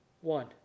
One